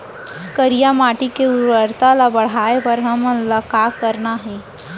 करिया माटी के उर्वरता ला बढ़ाए बर हमन ला का करना हे?